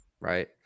right